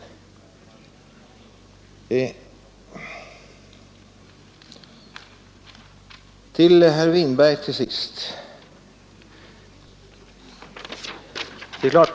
Jag vill till sist säga några ord till herr Winberg.